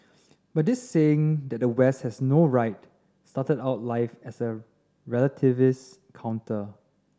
but this saying that the West has no right started out life as a relativist counter